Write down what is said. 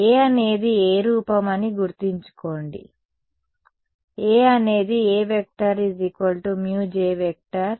A అనేది ఏ రూపం అని గుర్తుంచుకోండి A అనేది A μJ G కన్వల్యూషన్